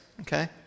okay